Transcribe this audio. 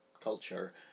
culture